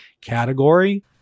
category